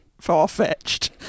far-fetched